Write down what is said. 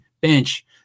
bench